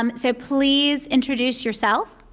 um so please introduce yourself,